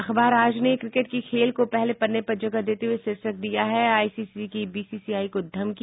अखबार आज ने क्रिकेट की खेल को पहले पन्ने पर जगह देते हये शीर्षक दिया है आईसीसी की बीसीसीआई को धमकी